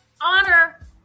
honor